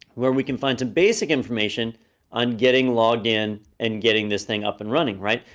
where we can find some basic information on getting logged in and getting this thing up and running, right?